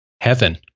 Heaven